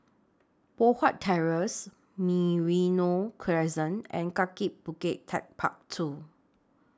Poh Huat Terrace Merino Crescent and Kaki Bukit Techpark two